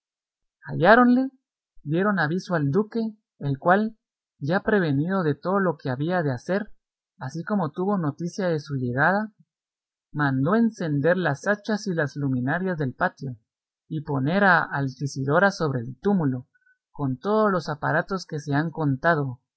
le hallasen halláronle dieron aviso al duque el cual ya prevenido de todo lo que había de hacer así como tuvo noticia de su llegada mandó encender las hachas y las luminarias del patio y poner a altisidora sobre el túmulo con todos los aparatos que se han contado